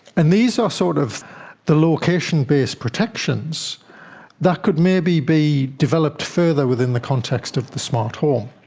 and these are sort of the location-based protections that could maybe be developed further within the context of the smart home.